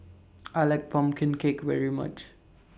I like Pumpkin Cake very much